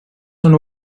són